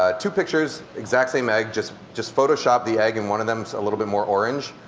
ah two pictures exactly same egg, just just photoshop the egg in one of them a little bit more orange.